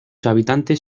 habitantes